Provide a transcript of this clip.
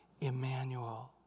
Emmanuel